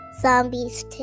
Zombies